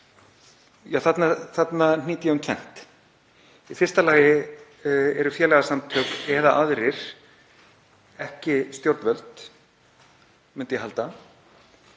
Þarna hnýt ég um tvennt. Annars vegar eru félagasamtök eða aðrir ekki stjórnvöld, myndi ég halda.